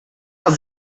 are